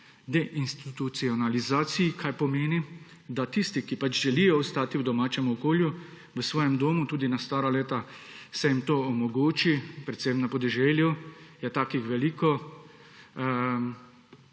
deinstitucionalizaciji, kar pomeni, da tistim, ki želijo ostati v domačem okolju, v svojem domu tudi na stara leta, se jim to omogoči; predvsem na podeželju je takih veliko.